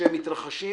שהם מתרחשים,